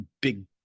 big